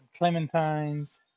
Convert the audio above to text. clementines